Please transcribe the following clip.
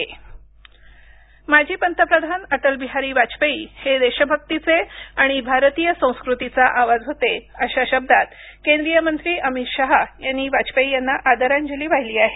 श्रध्दाजली माजी पंतप्रधान अटल बिहारी वाजपेयी हे देशभक्तीचे आणि भारतीय संस्कृतीचा आवाज होते अशा शब्दांत केंद्रीय मंत्री अमित शहा यांना वाजपेयी यांना आदरांजली वाहिली आहे